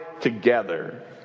together